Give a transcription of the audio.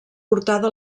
portada